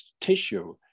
tissue